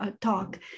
talk